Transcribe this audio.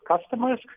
customers